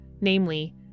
namely